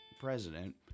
president